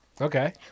Okay